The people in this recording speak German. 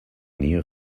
nähe